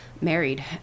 married